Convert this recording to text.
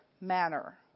manner